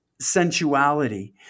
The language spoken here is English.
sensuality